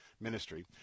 ministry